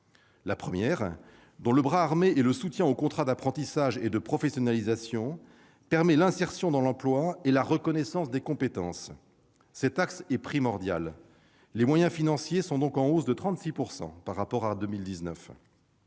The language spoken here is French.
La première, dont le bras armé est le soutien aux contrats d'apprentissage ou de professionnalisation, permet l'insertion dans l'emploi et la reconnaissance des compétences. Cet axe est primordial ; les moyens financiers sont donc en hausse de 36 % par rapport à 2019.